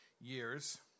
years